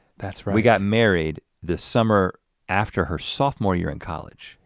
that's, right? we got married the summer after her sophomore year in college.